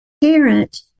parent